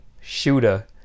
shooter